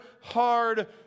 hard